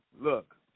look